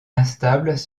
instables